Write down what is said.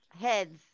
Heads